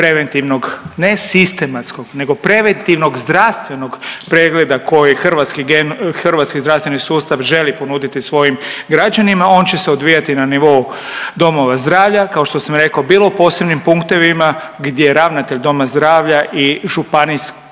preventivnog ne sistematskog nego preventivnog zdravstvenog pregleda koji hrvatski zdravstveni sustav želi ponuditi svojim građanima, on će se odvijati na nivou domova zdravlja, kao što sam rekao bilo u posebnim punktovima gdje ravnatelj doma zdravlja i županijski